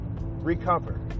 recover